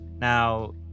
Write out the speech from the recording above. Now